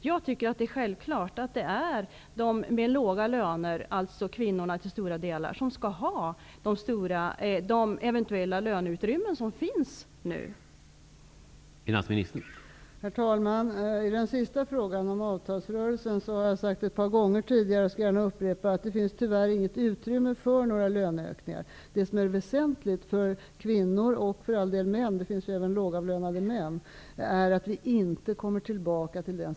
Jag tycker att det är självklart att det är personer med låga löner -- alltså till stora delar kvinnor -- som skall ha de eventuella lönelyft som det nu finns utrymme för.